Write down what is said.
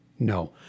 No